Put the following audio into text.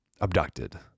abducted